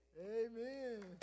Amen